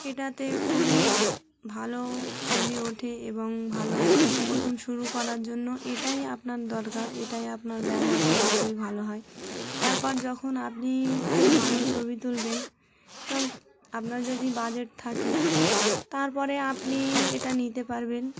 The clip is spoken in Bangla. এটাতে খুবই ভালো ছবি ওঠে এবং ভালো প্রথম শুরু করার জন্য এটাই আপনার দরকার এটাই আপনার ব্যবহার করলে খুবই ভালো হয় তারপর যখন আপনি খুব ভালো ছবি তুলবেন এবং আপনার যদি বাজেট থাকে তার পরে আপনি এটা নিতে পারবেন